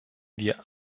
wir